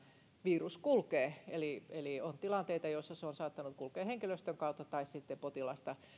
virus kulkee eli eli on tilanteita joissa se on saattanut kulkea henkilöstön kautta tai sitten potilaasta